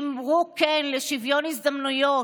אמרו כן לשוויון הזדמנויות,